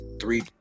three